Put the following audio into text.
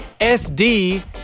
SD